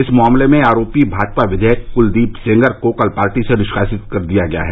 इस मामले में आरोपी भाजपा विधायक क्लदीप सेंगर को कल पार्टी से निष्कासित कर दिया गया है